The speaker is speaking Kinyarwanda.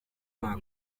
mwaka